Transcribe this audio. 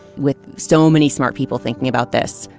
with so many smart people thinking about this,